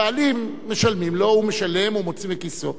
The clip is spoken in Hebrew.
הבעלים משלמים לו, הוא משלם ומוציא מכיסו.